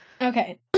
Okay